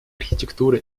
архитектуры